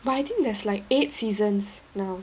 but I think there's like eight seasons now